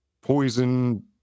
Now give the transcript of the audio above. poison